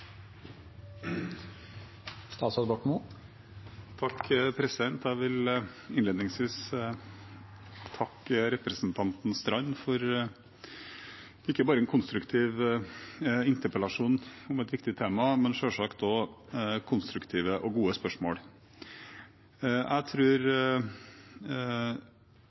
Jeg vil innledningsvis takke representanten Strand for ikke bare en konstruktiv interpellasjon om et viktig tema, men selvsagt også for konstruktive og gode spørsmål. Jeg